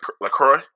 LaCroix